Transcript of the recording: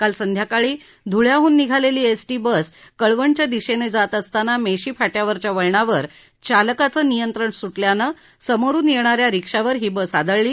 काल संध्याकाळी धुळ्याहून निघालेली एसटी बस कळवणच्या दिशेनं जात असताना मेशी फाट्यावरच्या वळणावर चालकाचं नियंत्रण सुटल्यानं समोरून येणाऱ्या रीक्षावर ही बस आदळली